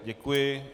Děkuji.